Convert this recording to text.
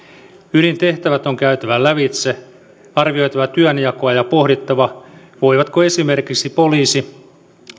ydintehtävät on käytävä lävitse on arvioitava työnjakoa ja pohdittava voivatko esimerkiksi poliisi